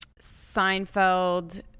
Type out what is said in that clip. Seinfeld